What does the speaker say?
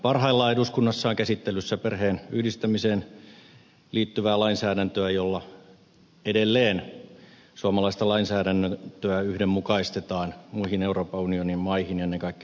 parhaillaan eduskunnassa on käsittelyssä perheenyhdistämiseen liittyvää lainsäädäntöä jolla edelleen suomalaista lainsäädäntöä yhdenmukaistetaan muihin euroopan unionin maihin ja ennen kaikkea naapurimaihimme